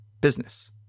business